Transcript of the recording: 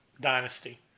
Dynasty